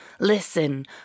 Listen